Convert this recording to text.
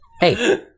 Hey